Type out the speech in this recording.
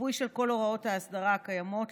מיפוי של כל הוראות האסדרה הקיימות,